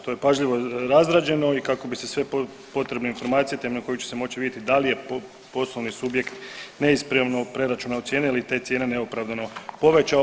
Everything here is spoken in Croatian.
To je pažljivo razrađeno i kako bi se sve potrebne informacije na temelju kojih će se moći vidjeti da li je poslovni subjekt neispravno preračunao cijene ili te cijene neopravdano povećao.